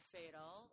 fatal